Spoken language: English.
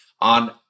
on